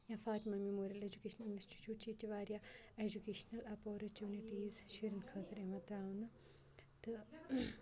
یا Fatima memorial educational institute چھِ ییٚتہِ چھِ واریاہ ایجوکیشنَل اَپورچُنِٹیٖز شُرٮ۪ن خٲطرٕ یِوان ترٛاونہٕ تہٕ